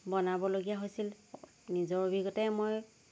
বনাবলগীয়া হৈছিল নিজৰ অভিজ্ঞতাৰে মই